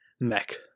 mech